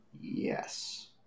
Yes